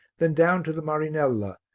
then down to the marinella,